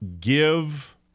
give